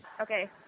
Okay